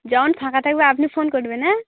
যওন ফাঁকা থাকবে আপনি ফোন করবেন হ্যাঁ